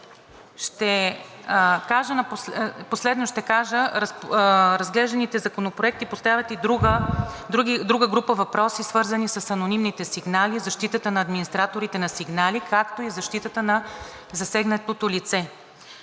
ще кажа, разглежданите законопроекти поставят и друга група въпроси, свързани с анонимните сигнали, защитата на администраторите на сигнали, както и защитата на засегнатото лице.